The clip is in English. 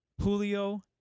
Julio